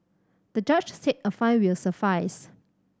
the judge said a fine will suffice